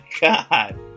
god